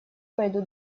пойду